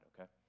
okay